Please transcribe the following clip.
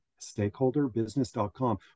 stakeholderbusiness.com